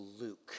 Luke